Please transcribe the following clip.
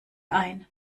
ein